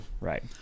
right